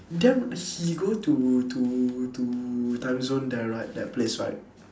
then he go to to to timezone there right that place right